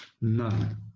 none